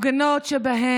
הרי את הגבולות שאתם